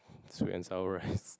sweet and sour rice